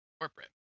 corporate